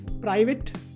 private